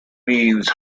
means